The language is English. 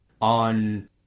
on